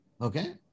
okay